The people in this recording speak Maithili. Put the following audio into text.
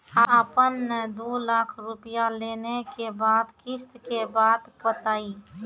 आपन ने दू लाख रुपिया लेने के बाद किस्त के बात बतायी?